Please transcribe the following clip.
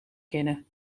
kennen